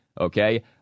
okay